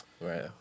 Right